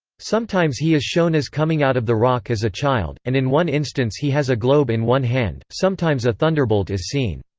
sometimes he is shown as coming out of the rock as a child, and in one instance he has a globe in one hand sometimes a thunderbolt is seen.